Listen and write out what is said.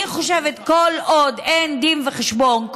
אני חושבת שכל עוד אין דין וחשבון,